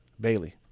Bailey